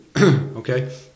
okay